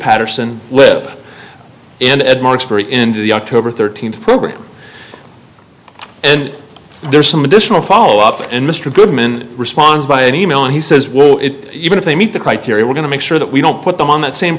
paterson lip and more expert in the october thirteenth program and there's some additional follow up in mr goodman response by an e mail and he says well it even if they meet the criteria we're going to make sure that we don't put them on that same